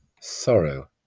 sorrow